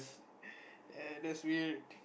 and that's weird